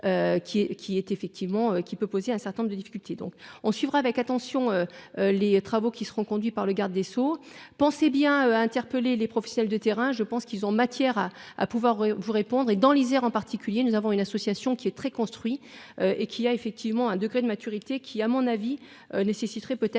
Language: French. qui peut poser un certain nombre de difficultés. Donc on suivra avec attention. Les travaux qui seront conduits par le garde des Sceaux, pensez bien interpeller les professionnels de terrain. Je pense qu'ils ont matière à à pouvoir vous répondre et dans l'Isère en particulier, nous avons une association qui est très construit et qui a effectivement un degré de maturité qui à mon avis nécessiterait peut-être